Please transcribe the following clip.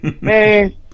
Man